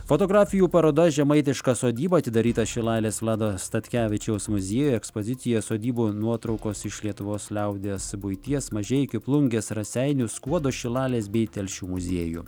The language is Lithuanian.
fotografijų paroda žemaitiška sodyba atidaryta šilalės vlado statkevičiaus muziejuje ekspozicija sodybų nuotraukos iš lietuvos liaudies buities mažeikių plungės raseinių skuodo šilalės bei telšių muziejų